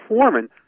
Foreman